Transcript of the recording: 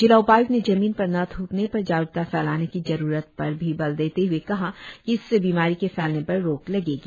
जिला उपाय्क्त ने जमीन पर न थ्रकने पर जागरुकता फैलाने की जरुरत पर भी बल देते हए कहा कि इससे बीमारी के फैलने पर रोक लगेगी